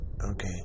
okay